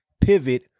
pivot